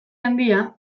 handia